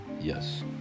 Yes